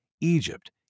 Egypt